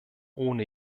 ohne